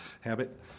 habit